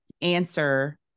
answer